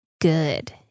good